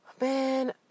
man